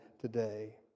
today